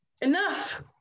enough